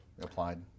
applied